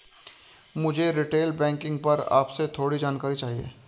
मुझे retail banking पर आपसे थोड़ी जानकारी चाहिए